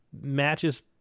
matches